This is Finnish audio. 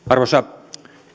arvoisa